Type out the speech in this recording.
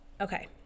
Okay